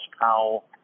Powell